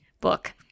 book